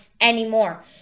anymore